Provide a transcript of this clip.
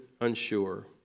unsure